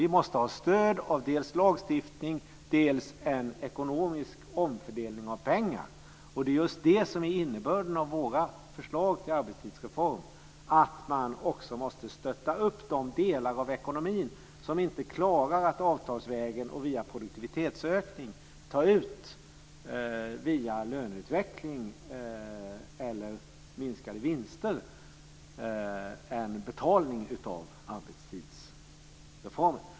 Vi måste ha stöd av dels lagstiftning, dels en ekonomisk omfördelning av pengar. Det är just det som är innebörden av våra förslag till arbetstidsreform, att man också måste stötta de delar av ekonomin som inte klarar att avtalsvägen och via produktivitetsökning, via löneutveckling eller minskade vinster ta ut en betalning av arbetstidsreformen.